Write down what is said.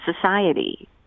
society